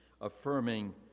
affirming